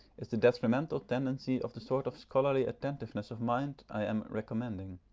is the detrimental tendency of the sort of scholarly attentiveness of mind i am recommending.